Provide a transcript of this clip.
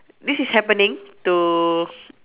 this is happening to